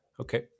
Okay